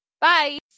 Bye